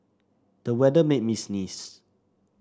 the weather made me sneeze